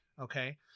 Okay